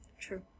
True